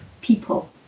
people